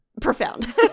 profound